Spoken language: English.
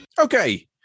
Okay